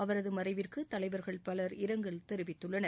அவரது மறைவிற்கு தலைவர்கள் பவர் இரங்கல் தெரிவித்துள்ளனர்